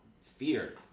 fear